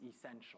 essential